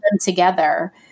together